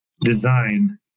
design